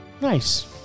Nice